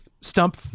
stump